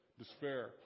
Despair